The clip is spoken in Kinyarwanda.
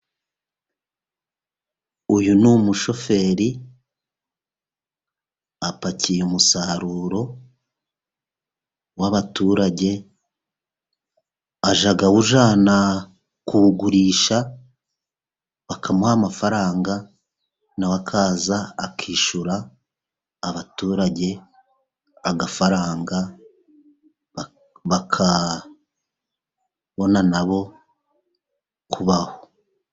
Uyu ni umushoferi apakiye umusaruro w'abaturage, ajya awujyana kuwugurisha bakamuha amafaranga, na we akaza akishyura abaturage agafaranga bakabona na bo kubaho.